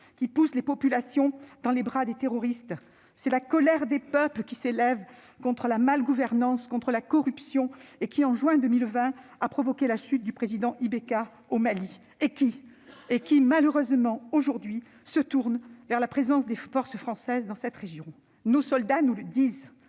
qui pousse les populations dans les bras des terroristes, c'est la colère des peuples qui s'élève contre la mal-gouvernance et la corruption et qui, en juin 2020, a provoqué la chute du président Ibrahim Boubacar Keïta au Mali. Cette colère se porte malheureusement aujourd'hui aussi contre la présence des forces françaises dans la région. Nos soldats nous le disent,